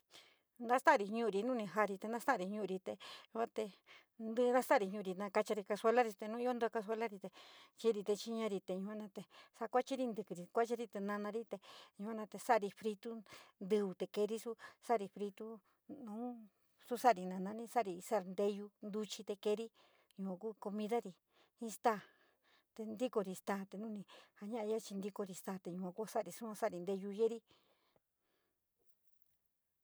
Na stari ñuri, nu nii jari te nastari nuri te yua te ntíii nastari nuri te naa kachari casueolari, te nu joo nto casueolari te kitiri te chenorii yua de sa kacharii ntikiiri, sakuchiri tinarií te yuao, noo te yuuanote sari fitu litu te keeri suu sari fitu noun sou soubrii hisari tinii ntuchi te keeri yua koo comidari s. p. p staa te mikorii staa te nuup ja fina paa chi ntikori staa te yua koo sari sou sari teyu yeri.